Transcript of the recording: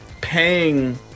paying